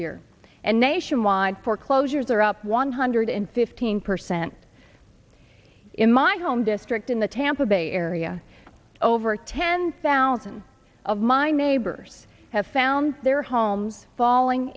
year and nationwide foreclosures are up one hundred fifteen percent in my home district in the tampa bay area over ten thousand of my neighbors have found their homes falling